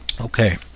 okay